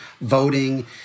voting